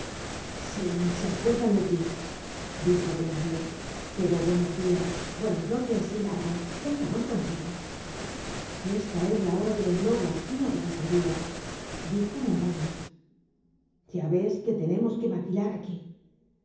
sí se acuerdan de tí dijo thenardier pero buenos dias buenas noches y largo déjanos tranquilos esta es la hora de los lobos y no de las gallinas dijo montparnase ya ves que tenemos que maquilar aquí